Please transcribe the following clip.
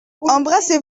embrassez